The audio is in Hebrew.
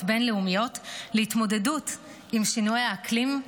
בין-לאומיות להתמודדות עם שינויי האקלים,